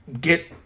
get